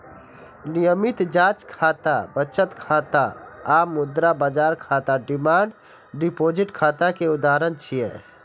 नियमित जांच खाता, बचत खाता आ मुद्रा बाजार खाता डिमांड डिपोजिट खाता के उदाहरण छियै